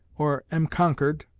or am conquered,